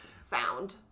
sound